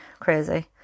crazy